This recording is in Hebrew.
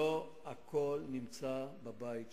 לא הכול נמצא בבית שלי.